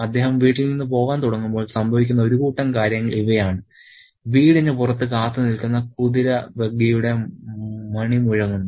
അദ്ദേഹം വീട്ടിൽ നിന്ന് പോകാൻ തുടങ്ങുമ്പോൾ സംഭവിക്കുന്ന ഒരു കൂട്ടം കാര്യങ്ങൾ ഇവയാണ് വീടിനു പുറത്ത് കാത്തുനിൽക്കുന്ന കുതിര ബഗ്ഗിയുടെ മണി മുഴങ്ങുന്നു